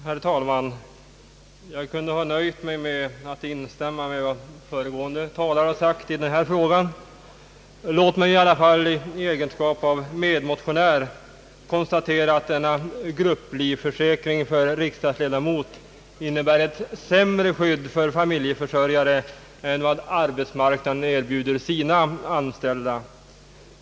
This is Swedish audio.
Herr talman! Jag kunde ha nöjt mig med att instämma med vad föregående talare sade i denna fråga. Låt mig i alla fall i egenskap av medmotionär konstatera, att denna grupplivförsäkring för riksdagens ledamöter innebär ett sämre skydd för familjeförsörjare än vad arbetsmarknaden erbjuder sina anställda.